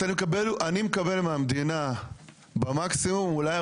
ואני מקווה מאוד שזה